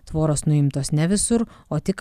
tvoros nuimtos ne visur o tik